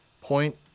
point